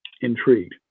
intrigued